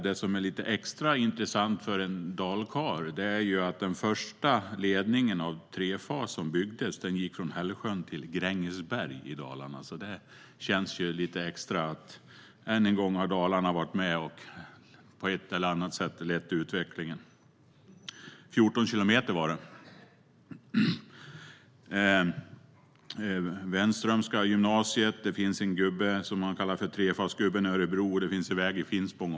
Det som är lite extra intressant för en dalkarl är att den första ledning av trefas som byggdes gick från Hällsjön till Grängesberg i Dalarna. Det känns lite extra att Dalarna än en gång har varit med och på ett eller annat sätt lett utvecklingen. 14 kilometer var det. Vi har Wenströmska gymnasiet, det finns en gubbe som man kallar för trefasgubben i Örebro och det finns en väg i Finspång.